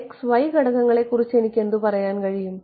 x y ഘടകങ്ങളെക്കുറിച്ച് എനിക്ക് എന്ത് പറയാൻ കഴിയും